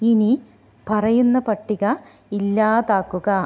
ഇനി പറയുന്ന പട്ടിക ഇല്ലാതാക്കുക